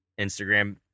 Instagram